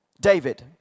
David